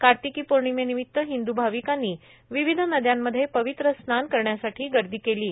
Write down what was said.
कार्तिकी पौणिमेनिमित्त हिंदू भाविकांनी विविध नद्यांमध्ये पवित्र स्नान करण्यासाठी गर्दी केली आहे